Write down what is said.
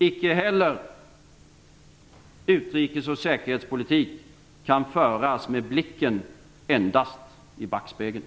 Icke heller utrikes och säkerhetspolitik kan föras med blicken endast i backspegeln.